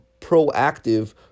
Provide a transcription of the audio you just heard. proactive